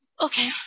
Okay